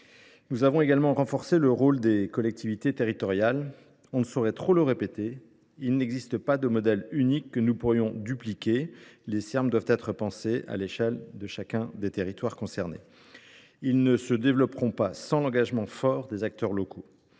Nous avons également renforcé le rôle des collectivités territoriales. On ne saurait trop le répéter, il n’existe pas de modèle unique que nous pourrions dupliquer : les Serm doivent être pensés à l’échelle de chacun des territoires concernés, et ils ne se développeront pas sans l’engagement fort des acteurs locaux.